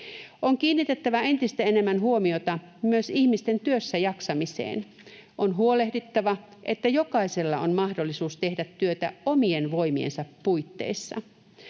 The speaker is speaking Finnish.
On kiinnitettävä entistä enemmän huomiota myös ihmisten työssäjaksamiseen. On huolehdittava, että jokaisella on mahdollisuus tehdä työtä omien voimiensa puitteissa.